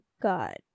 God